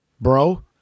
bro